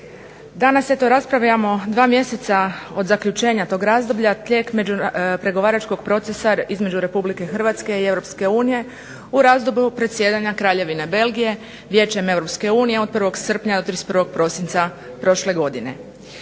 Danas eto raspravljamo dva mjeseca od zaključenja tog razdoblja tijek pregovaračkog procesa između Republike Hrvatske i Europske unije u razdoblju predsjedanja Kraljevine Belgije Vijećem Europske unije od 1. srpnja do 31. prosinca prošle godine.